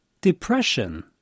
depression